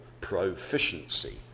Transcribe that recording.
proficiency